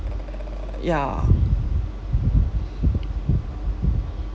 err ya